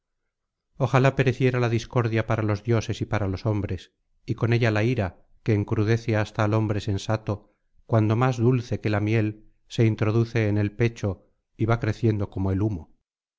ojalá pereciera la discordia para los dioses y para los hombres y con ella la ira que encruelece hasta al hombre sensato cuando más dulce que la miel se introduce en el pecho y va creciendo como el humo